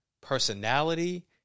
personality